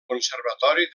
conservatori